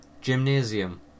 gymnasium